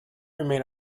remain